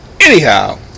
anyhow